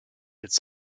its